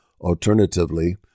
Alternatively